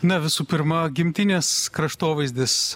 na visų pirma gimtinės kraštovaizdis